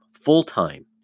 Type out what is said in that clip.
full-time